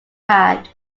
had